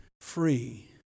free